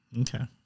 Okay